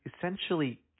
essentially